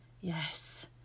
Yes